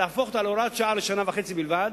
להפוך אותה להוראת שעה לשנה וחצי בלבד,